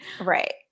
right